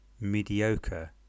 mediocre